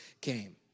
came